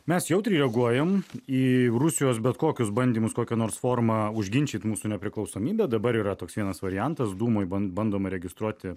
mes jautriai reaguojam į rusijos bet kokius bandymus kokia nors forma užginčyt mūsų nepriklausomybę dabar yra toks vienas variantas dūmoj ban bandoma registruoti